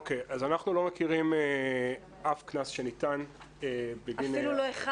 אז אנחנו לא מכירים אף קנס שניתן בגין --- אפילו לא אחד?